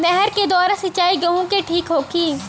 नहर के द्वारा सिंचाई गेहूँ के ठीक होखि?